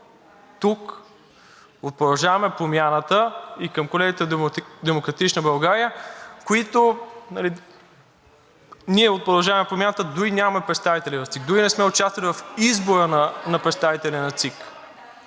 „Продължаваме Промяната“ и към колегите от „Демократична България“? Ние от „Продължаваме Промяната“ дори нямаме представители в ЦИК, дори не сме участвали в избора на представители на ЦИК